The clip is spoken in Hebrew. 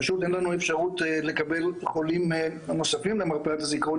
פשוט אין לנו אפשרות לקבל חולים נוספים למרפאת הזיכרון,